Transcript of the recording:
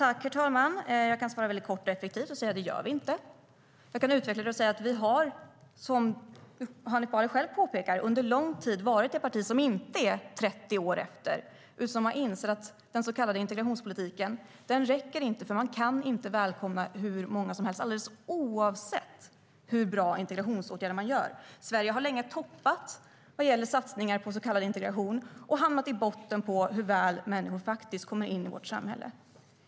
Herr talman! Jag kan svara kort och effektivt: Det gör vi inte. Jag kan utveckla det och säga: Vi har, som Hanif Bali själv påpekar, under lång tid varit det parti som inte är 30 år efter. Vi har insett att den så kallade integrationspolitiken inte räcker. Man kan inte välkomna hur många som helst, alldeles oavsett hur bra integrationsåtgärder man vidtar. Sverige har länge toppat vad gäller satsningar på så kallad integration och hamnat i botten på hur väl människor faktiskt kommer in i vårt samhälle.